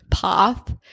path